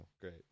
great